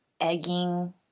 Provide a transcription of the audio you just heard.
egging